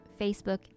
Facebook